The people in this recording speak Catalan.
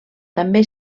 també